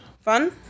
Fun